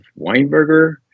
Weinberger